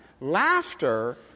laughter